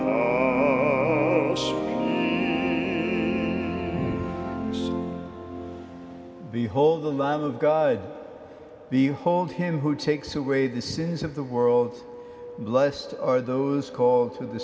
world the whole the love of god the hold him who takes away the sins of the world blessed are those called to the